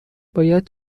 باید